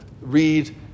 read